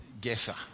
guesser